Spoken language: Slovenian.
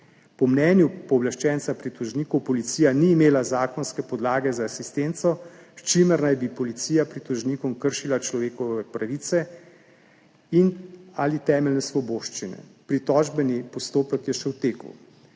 Po mnenju pooblaščenca pritožnikov policija ni imela zakonske podlage za asistenco, s čimer naj bi policija pritožnikom kršila človekove pravice in/ali temeljne svoboščine. Pritožbeni postopek je še v teku.